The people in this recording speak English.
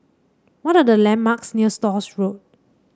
what are the landmarks near Stores Road